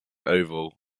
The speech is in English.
oval